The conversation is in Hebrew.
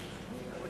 נמנע,